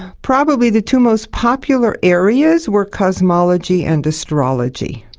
probably the two most popular areas were cosmology and astrology.